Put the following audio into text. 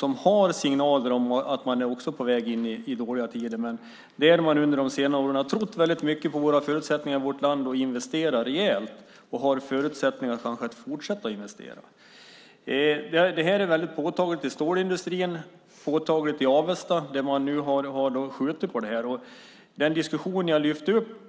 Den har signaler om att den också är på väg in i dåliga tider. Men där har man under de senare åren trott mycket på förutsättningarna i vårt land. Man har investerat rejält och har kanske förutsättningar att fortsätta att investera. Det här är väldigt påtagligt i stålindustrin och i Avesta, där man nu har skjutit på det här. Den diskussion jag lyfte upp